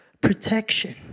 protection